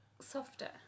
softer